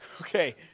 Okay